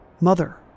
mother